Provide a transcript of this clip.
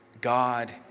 God